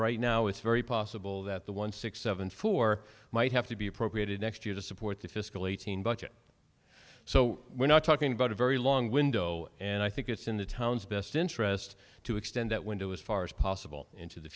right now it's very possible that the one six seven four might have to be appropriated next year to support the fiscal eighteen budget so we're not talking about a very long window and i think it's in the town's best interest to extend that window as far as possible into the